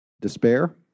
despair